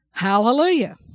Hallelujah